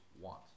want